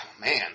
man